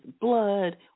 blood